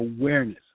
awareness